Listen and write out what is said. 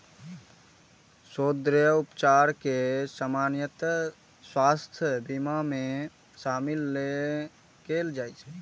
सौंद्रर्य उपचार कें सामान्यतः स्वास्थ्य बीमा मे शामिल नै कैल जाइ छै